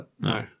No